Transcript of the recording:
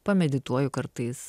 pamedituoju kartais